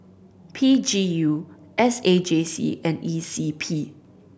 P G U S A J C and E C P